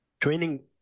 training